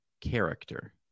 character